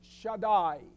Shaddai